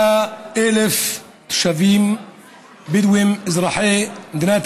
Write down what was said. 100,000 תושבים בדואים אזרחי מדינת